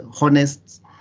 honest